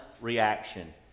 reaction